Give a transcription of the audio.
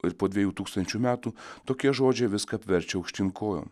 ir po dviejų tūkstančių metų tokie žodžiai viską apverčia aukštyn kojom